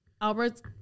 Albert's